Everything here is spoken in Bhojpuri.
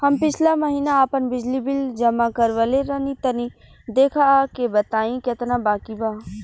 हम पिछला महीना आपन बिजली बिल जमा करवले रनि तनि देखऽ के बताईं केतना बाकि बा?